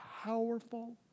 powerful